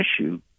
issue